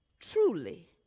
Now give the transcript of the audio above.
truly